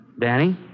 Danny